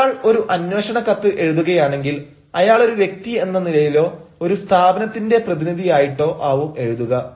ഒരാൾ ഒരു അന്വേഷണ കത്ത് എഴുതുകയാണെങ്കിൽ അയാൾ ഒരു വ്യക്തി എന്ന നിലയിലോ ഒരു സ്ഥാപനത്തിന്റെ പ്രതിനിധിയായിട്ടോ ആവും എഴുതുക